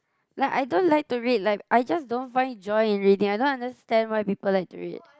like I don't like to read like I just don't find joy in reading I don't understand why people like to read